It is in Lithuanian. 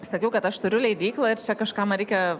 sakiau kad aš turiu leidyklą ir čia kažką man reikia